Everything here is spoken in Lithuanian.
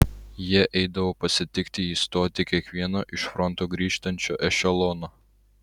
ji eidavo pasitikti į stotį kiekvieno iš fronto grįžtančio ešelono